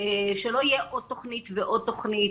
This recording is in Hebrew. שלא יהיה עוד תוכנית ועוד תוכנית,